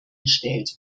gestellt